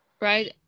right